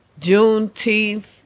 Juneteenth